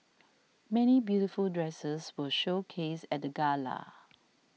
many beautiful dresses were showcased at the gala